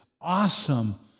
awesome